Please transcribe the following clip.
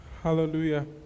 Hallelujah